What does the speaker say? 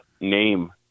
name